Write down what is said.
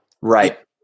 Right